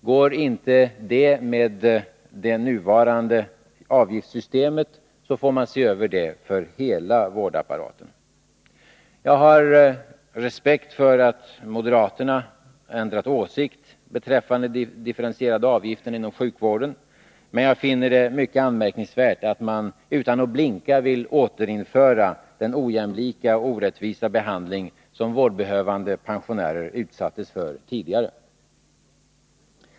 Om det inte går med det nuvarande avgiftssystemet får man se över detta system för hela vårdapparaten. Jag har respekt för att moderaterna ändrat åsikt beträffande de differentierade avgifterna inom sjukvården, men jag finner det mycket anmärkningsvärt att de, utan att blinka, vill återinföra den ojämlika och orättvisa behandling som vårdbehövande pensionärer utsattes för tidigare.